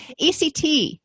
ECT